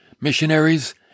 missionaries